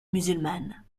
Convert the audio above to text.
musulmanes